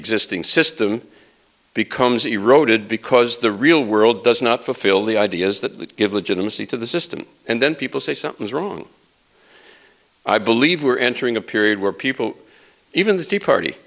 existing system becomes eroded because the real world does not fulfill the ideas that give a genesee to the system and then people say something's wrong i believe we're entering a period where people even the tea party